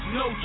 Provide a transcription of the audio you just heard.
no